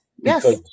yes